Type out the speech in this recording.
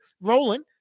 rolling